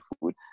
food